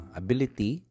ability